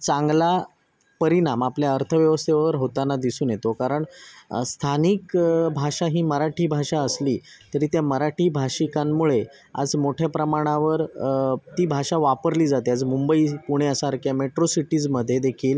चांगला परिणाम आपल्या अर्थव्यवस्थेवर होताना दिसून येतो कारण स्थानिक भाषा ही मराठी भाषा असली तरी त्या मराठी भाषिकांमुळे आज मोठ्या प्रमाणावर ती भाषा वापरली जाते आज मुंबई पुण्यासारख्या मेट्रो सिटीजमध्ये देखील